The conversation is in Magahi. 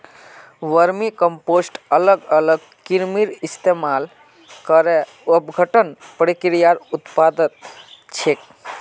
वर्मीकम्पोस्ट अलग अलग कृमिर इस्तमाल करे अपघटन प्रक्रियार उत्पाद छिके